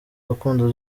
gakondo